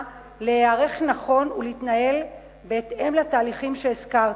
להיערך נכון ולהתנהל בהתאם לתהליכים שהזכרתי.